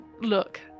Look